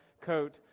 coat